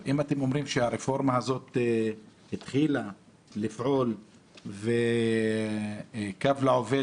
אם אתם אומרים שהרפורמה הזאת התחילה לפעול וקו לעובד,